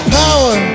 power